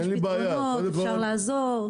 יש פתרונות ואפשר לעזור.